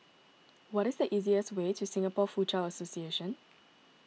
what is the easiest way to Singapore Foochow Association